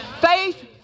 Faith